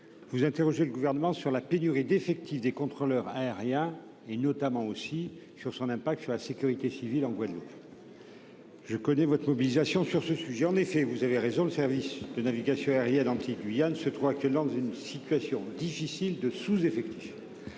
vous interrogez le Gouvernement sur la pénurie d'effectifs des contrôleurs aériens et sur ses conséquences en termes de sécurité civile en Guadeloupe. Je connais votre mobilisation sur le sujet. Vous avez raison, le service de navigation aérienne Antilles-Guyane se trouve actuellement dans une situation difficile de sous-effectifs,